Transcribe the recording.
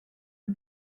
are